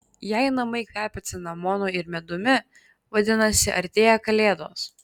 jei namai kvepia cinamonu ir medumi vadinasi artėja kalėdos